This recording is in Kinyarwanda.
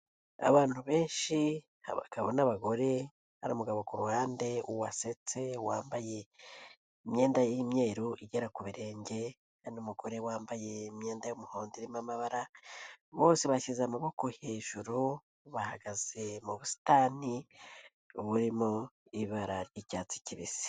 Abantu benshi, abagabo n'abagore, hari umugabo ku ruhande wasetse, wambaye imyenda y'imyeru igera ku birenge n'umugore wambaye imyenda y'umuhondo irimo amabara, bose bashyize amaboko hejuru, bahagaze mu busitani burimo ibara ry'icyatsi kibisi.